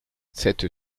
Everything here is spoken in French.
cette